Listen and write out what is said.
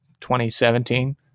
2017